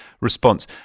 response